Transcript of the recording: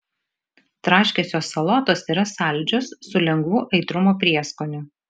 traškiosios salotos yra saldžios su lengvu aitrumo prieskoniu